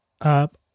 up